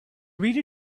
reader